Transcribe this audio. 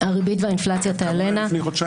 הריבית והאינפלציה תעלינה -- כמה היה השקל לפני חודשיים?